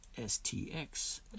STX